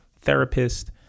therapist